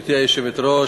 גברתי היושבת-ראש,